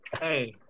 Hey